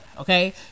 Okay